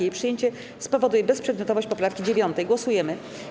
Jej przyjęcie spowoduje bezprzedmiotowość poprawki 9. Głosujemy.